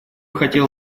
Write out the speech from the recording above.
хотел